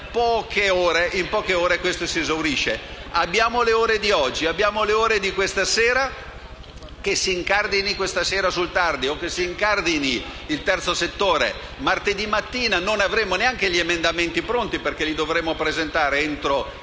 in poche ore. Abbiamo le ore di oggi. Abbiamo le ore di questa sera: che si incardini questa sera sul tardi o si incardini il terzo settore martedì mattina, non avremmo neanche gli emendamenti pronti perché li dovremmo presentare entro le